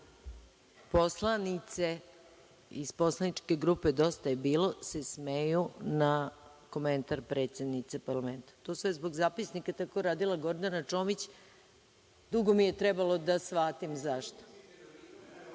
Poslanice iz poslaničke grupe Dosta je bilo se smeju na komentar predsednice parlamenta. To sve zbog zapisnika. Tako je radila Gordana Čomić. Dugo mi je trebalo da shvatim zašto. Ovako,